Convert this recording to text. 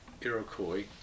Iroquois